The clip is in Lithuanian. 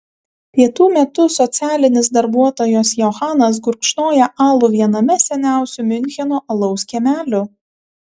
pietų metu socialinis darbuotojas johanas gurkšnoja alų viename seniausių miuncheno alaus kiemelių